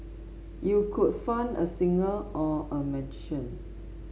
you could fund a singer or a magician